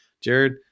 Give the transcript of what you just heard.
Jared